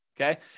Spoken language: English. Okay